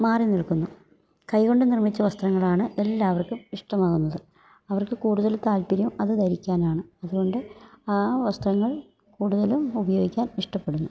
മാറി നിൽക്കുന്നു കൈകൊണ്ട് നിർമ്മിച്ച വസ്ത്രങ്ങളാണ് എല്ലാവർക്കും ഇഷ്ടമാകുന്നത് അവർക്ക് കൂടുതൽ താൽപര്യം അത് ധരിക്കാനാണ് അതുകൊണ്ട് ആ വസ്ത്രങ്ങൾ കൂടുതലും ഉപയോഗിക്കാൻ ഇഷ്ടപ്പെടുന്നു